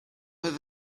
oedd